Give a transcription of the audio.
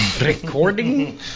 recording